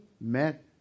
met